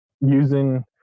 Using